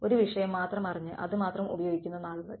ഒരു വിഷയം മാത്രം അറിഞ്ഞ് അത് മാത്രം ഉപയോഗിക്കുന്ന നാളുകൾ